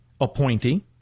appointee